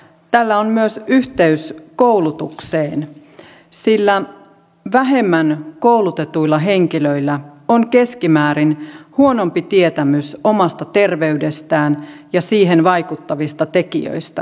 tällä on myös yhteys koulutukseen sillä vähemmän koulutetuilla henkilöillä on keskimäärin huonompi tietämys omasta terveydestään ja siihen vaikuttavista tekijöistä